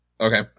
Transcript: Okay